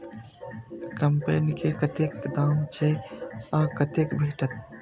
कम्पेन के कतेक दाम छै आ कतय भेटत?